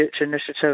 initiative